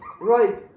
right